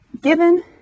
given